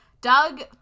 Doug